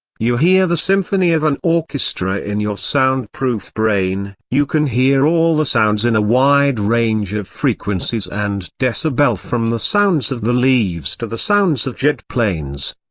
you hear the symphony of an orchestra in your soundproof brain you can hear all the sounds in a wide range of frequencies and decibel from the sounds of the leaves to the sounds of jet planes.